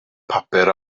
papur